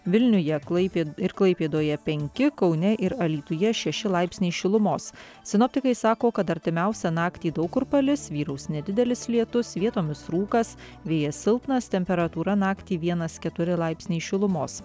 vilniuje klaipėd ir klaipėdoje penki kaune ir alytuje šeši laipsniai šilumos sinoptikai sako kad artimiausią naktį daug kur palis vyraus nedidelis lietus vietomis rūkas vėjas silpnas temperatūra naktį vienas keturi laipsniai šilumos